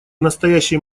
настоящий